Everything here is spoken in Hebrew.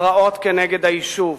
הפרעות כנגד היישוב,